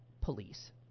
police